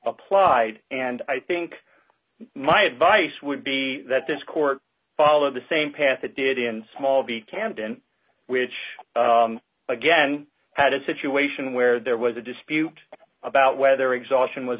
applied and i think my advice would be that this court followed the same path it did in small b camden which again had a situation where there was a dispute about whether exhaustion was